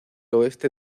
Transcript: oeste